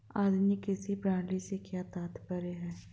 आधुनिक कृषि प्रणाली से क्या तात्पर्य है?